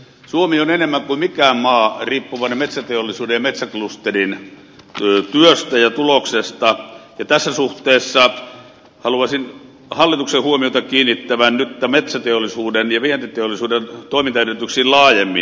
suomi on enemmän kuin mikään maa riippuvainen metsäteollisuuden ja metsäklusterin työstä ja tuloksesta ja tässä suhteessa haluaisin hallituksen huomiota kiinnittävän nyt tämän metsäteollisuuden ja vientiteollisuuden toimintaedellytyksiin laajemmin